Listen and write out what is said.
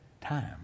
time